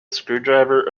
screwdriver